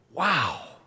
wow